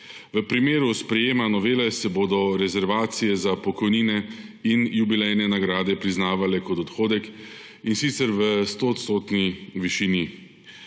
V primeru sprejetja novele se bodo rezervacije za pokojnine in jubilejne nagrade priznavale kot odhodek, in sicer v 100-odstotni višini.